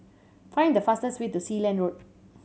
find the fastest way to Sealand Road